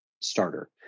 starter